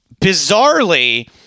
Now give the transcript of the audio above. Bizarrely